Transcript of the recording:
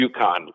UConn